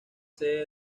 sede